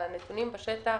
הנתונים בשטח,